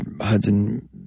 Hudson